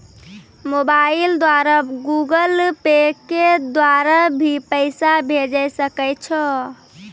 Mobile द्वारा Google Pay के द्वारा भी पैसा भेजै सकै छौ?